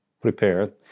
prepared